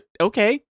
Okay